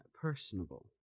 personable